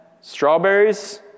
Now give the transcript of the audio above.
strawberries